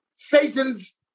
Satan's